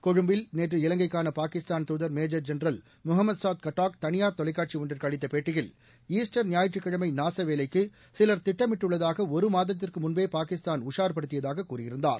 கொழும்புவில் நேற்று இலங்கைக்காள பாகிஸ்தாள் தூதர் மேஜர் ஜென்ரல் முகமத் சாத் கட்டாக் தளியார் தொலைக்காட்சி ஒன்றுக்கு அளித்த பேட்டியில் ஈஸ்டர் ஞாயிற்றுக்கிழமை நாசவேலைக்கு சிலர் திட்டமிட்டுள்ளதாக ஒரு மாதத்திற்கு முன்பே பாகிஸ்தான் உஷார்படுத்தியதாக கூறியிருந்தார்